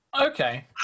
okay